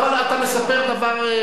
אבל אתה מספר דבר,